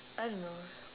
I don't know